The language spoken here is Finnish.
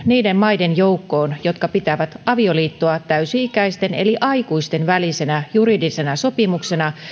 niiden maiden joukkoon jotka pitävät avioliittoa täysi ikäisten eli aikuisten välisenä juridisena sopimuksena